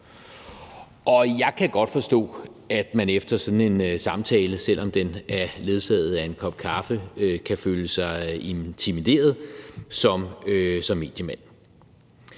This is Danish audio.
Og jeg kan godt forstå, at man efter sådan en samtale, selv om den er ledsaget af en kop kaffe, kan føle sig intimideret som mediemand.